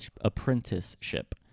apprenticeship